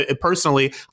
Personally